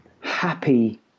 happy